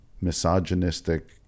misogynistic